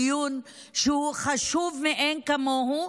דיון חשוב מאין כמוהו,